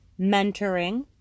mentoring